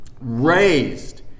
raised